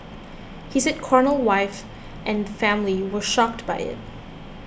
he said Cornell wife and family were shocked by it